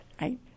Right